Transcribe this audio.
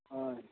ᱦᱳᱭ